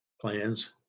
plans